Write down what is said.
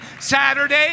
Saturday